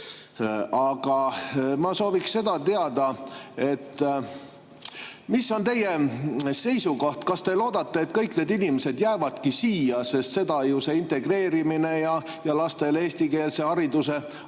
Ma sooviksin teada, mis on teie seisukoht. Kas te loodate, et kõik need inimesed jäävadki siia? Seda ju integreerimine ja lastele eestikeelse hariduse andmine